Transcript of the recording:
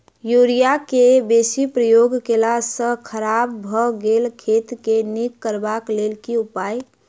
Urea केँ बेसी प्रयोग केला सऽ खराब भऽ गेल खेत केँ नीक करबाक लेल की उपाय?